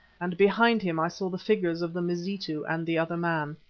and behind him i saw the figures of the mazitu and the other man.